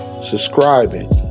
subscribing